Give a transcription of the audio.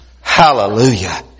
Hallelujah